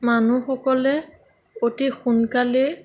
মানুহসকলে অতি সোনকালেই